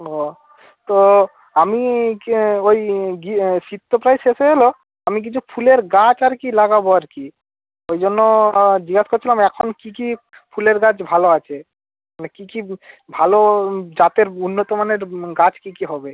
ওহ তো আমি কি ওই গিয়ে শীত তো প্রায় শেষ হয়ে এল আমি কিছু ফুলের গাছ আর কি লাগাব আর কি ওই জন্য জিজ্ঞাসা করছিলাম এখন কী কী ফুলের গাছ ভালো আছে মানে কী কী ভালো জাতের উন্নত মানের গাছ কী কী হবে